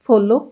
follow